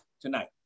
tonight